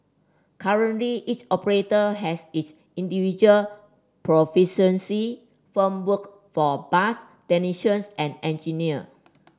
currently each operator has its individual proficiency framework for bus technicians and engineer